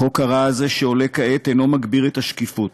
החוק הרע הזה שעולה כעת אינו מגביר את השקיפות,